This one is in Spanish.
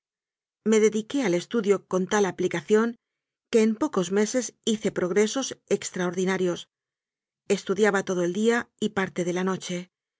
me dediqué al es tudio con tal aplicación que en pocos meses hice progresos extraordinarios estudiaba todo el día y parte de la noche